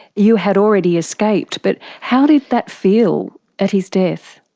you had already escaped, but how did that feel at his death?